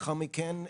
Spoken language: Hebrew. לאחר מכן,